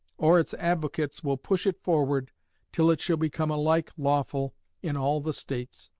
or its advocates will push it forward till it shall become alike lawful in all the states,